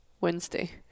wednesday